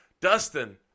Dustin